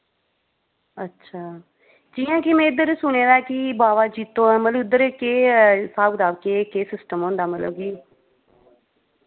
अच्छा जि'यां कि में इद्धर सुने दा कि बावा जित्तो ऐ मतलब उद्धर एह् केह् ऐ स्हाब कताब केह् केह् सिस्टम होंदा मतलब कि